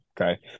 okay